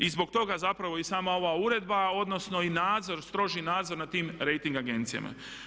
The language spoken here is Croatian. I zbog toga zapravo i sama ova uredba odnosno i nadzor, stroži nadzor nad tim rejting agencijama.